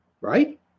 Right